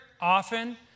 often